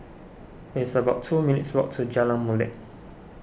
it's about two minutes' walk to Jalan Molek